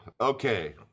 okay